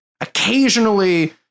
occasionally